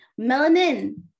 Melanin